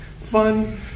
fun